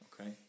Okay